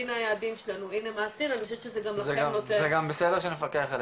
אם היעדים שלנו אני חושבת שזה גם נותן --- זה גם בסדר שנפקח עליהם.